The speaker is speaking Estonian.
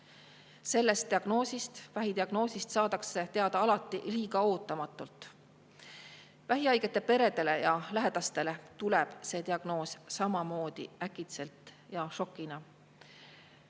Sellest diagnoosist, vähidiagnoosist, saadakse teada alati ootamatult. Vähihaigete peredele ja lähedastele tuleb see diagnoos samamoodi äkitselt ja šokina.